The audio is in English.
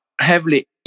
heavily